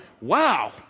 wow